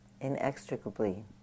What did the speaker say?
inextricably